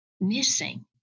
missing